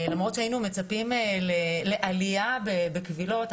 למרות שהיינו מצפים לעלייה בקבילות,